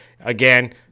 Again